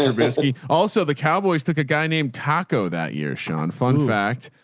yeah risky. also the cowboys took a guy named taco that year. sean fun fact.